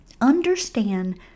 understand